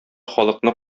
халыкны